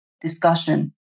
discussion